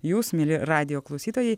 jūs mieli radijo klausytojai